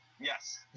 yes